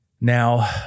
Now